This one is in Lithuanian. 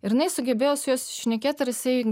ir jinai sugebėjo su juo susišnekėt ir jisai